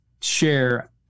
share